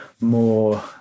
more